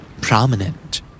Prominent